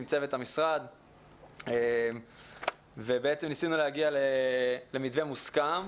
עם צוות המשרד וניסינו להגיע למתווה מוסכם.